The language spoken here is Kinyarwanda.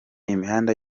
imihanda